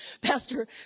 Pastor